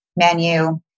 menu